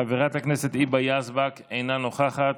חברת הכנסת היבה יזבק, אינה נוכחת,